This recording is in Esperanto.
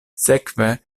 sekve